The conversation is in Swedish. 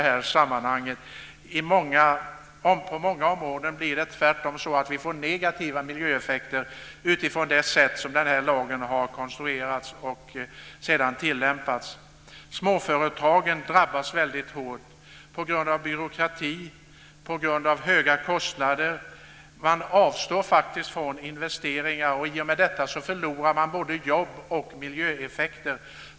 På många områden blir det tvärtom så att vi får negativa miljöeffekter utifrån det sätt på vilket lagen har konstruerats och sedan tillämpats. Småföretagen drabbas väldigt hårt på grund av byråkrati och höga kostnader. Man avstår från investeringar, och i och med detta förlorar man både jobb och miljöeffekter.